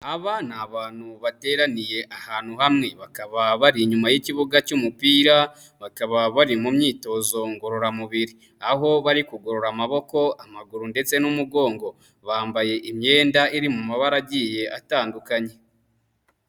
Aba ni abantu bateraniye ahantu hamwe bakaba bari inyuma y'ikibuga cy'umupira, bakaba bari mu myitozo ngororamubiri, aho bari kugorora amaboko, amaguru ndetse n'umugongo, bambaye imyenda iri mu mabara agiye atandukanye.